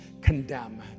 condemn